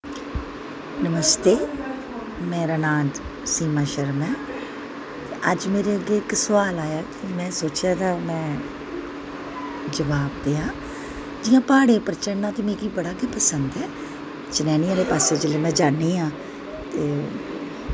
नमस्ते मेरा नांऽ सीमा शर्मा ऐ ते अज्ज मेरे अग्गे इक सोआल आया कि में सोचेआ में एह्दा जबाब देआं जि'यां प्हाड़ें पर चढ़ना मिगी ते बड़ा गै पसंद ऐ चनैनी आह्लै पास्सै जिसलै में जन्नी आं ते